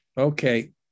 Okay